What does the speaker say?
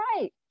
right